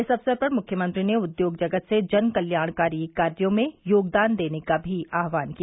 इस अवसर पर मुख्यमंत्री ने उद्योग जगत से जनकल्याणकारी कार्यों में योगदान देने का भी आह्वान किया